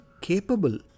capable